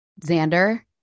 Xander